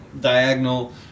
diagonal